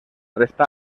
resta